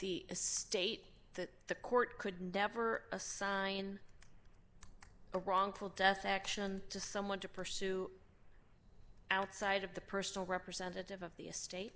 the state that the court could never assign a wrongful death action to someone to pursue outside of the personal representative of the state